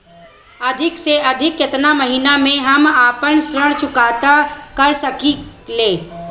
अधिक से अधिक केतना महीना में हम आपन ऋण चुकता कर सकी ले?